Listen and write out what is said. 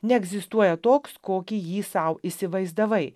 neegzistuoja toks kokį jį sau įsivaizdavai